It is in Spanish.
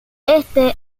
éste